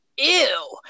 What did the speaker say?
Ew